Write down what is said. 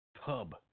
pub